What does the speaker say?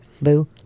boo